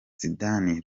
zidane